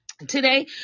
Today